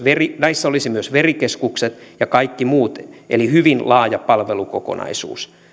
näissä olisi myös verikeskukset ja kaikki muut eli hyvin laaja palvelukokonaisuus